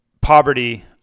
poverty